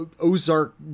Ozark